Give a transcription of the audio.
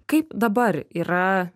kaip dabar yra